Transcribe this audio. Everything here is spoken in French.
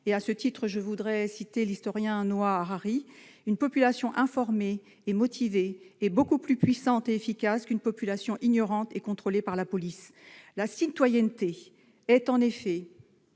temps ? Comme l'explique l'historien Noah Harari, « une population informée et motivée est beaucoup plus puissante et efficace qu'une population ignorante et contrôlée par la police ».